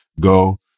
Go